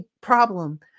problem